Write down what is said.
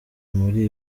muri